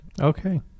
Okay